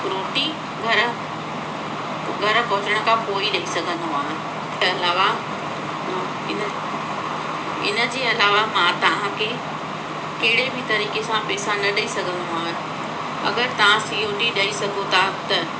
रोटी घर घर पहुचण खां पोइ ई ॾेई सघंदीमांव त अलावा इन इन जे अलावा मां तव्हां खे कहिड़े बि तरीक़े सां पेसा न ॾेई सघंदी मांव अगरि तव्हां सी ओ डी ॾेई सघो था त